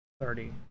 thirty